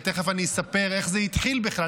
ותכף אספר איך זה התחיל בכלל,